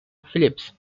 phillips